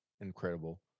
incredible